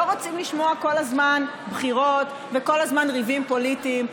לא רוצים לשמוע כל הזמן בחירות וכל הזמן ריבים פוליטיים,